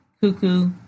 cuckoo